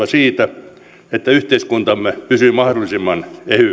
siitä että yhteiskuntamme pysyy mahdollisimman ehyenä